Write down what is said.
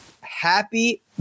Happy